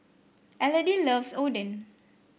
Elodie loves Oden